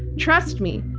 trust me,